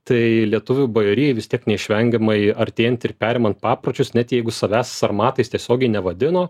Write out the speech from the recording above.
tai lietuvių bajorijai vis tiek neišvengiamai artėjant ir perimant papročius net jeigu savęs sarmatais tiesiogiai nevadino